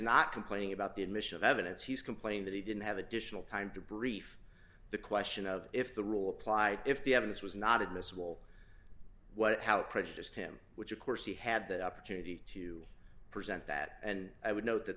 not complaining about the admission of evidence he's complaining that he didn't have additional time to brief the question of if the rule applied if the evidence was not admissible what how it prejudiced him which of course he had the opportunity to present that and i would note that